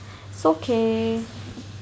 it's okay